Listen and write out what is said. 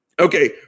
Okay